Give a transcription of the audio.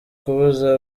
kuvuza